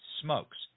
smokes